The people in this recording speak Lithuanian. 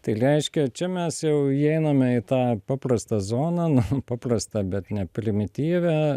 tai leiškia čia mes jau įeiname į tą paprastą zoną na paprastą bet ne primityvią